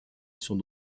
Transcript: son